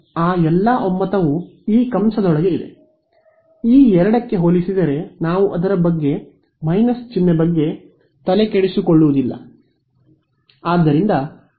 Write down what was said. ಆದ್ದರಿಂದ ಆ ಎಲ್ಲ ಒಮ್ಮತವು ಈ ಕಂಸದೊಳಗೆ ಇದೆ ಈ ಎರಡಕ್ಕೆ ಹೋಲಿಸಿದರೆ ನಾವು ಅದರ ಮೈನಸ್ ಚಿಹ್ನೆ ಬಗ್ಗೆ ತಲೆ ಕೆಡಿಸಿಕೊಳ್ಳುವುದಿಲ್ಲ